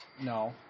No